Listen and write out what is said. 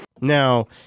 Now